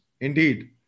indeed